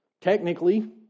Technically